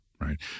right